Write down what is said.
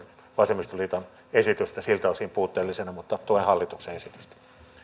vasemmistoliiton esitystä siltä osin puutteellisena mutta tuen hallituksen esitystä